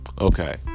Okay